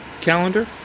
calendar